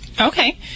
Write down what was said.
Okay